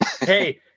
Hey